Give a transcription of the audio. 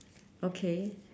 okay